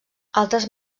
altres